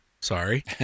Sorry